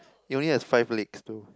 it only has five legs to